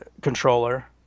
controller